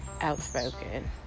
outspoken